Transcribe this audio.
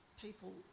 people